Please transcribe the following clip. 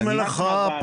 יש